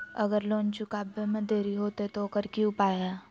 अगर लोन चुकावे में देरी होते तो ओकर की उपाय है?